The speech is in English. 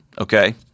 okay